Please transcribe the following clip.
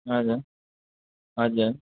हजुर हजुर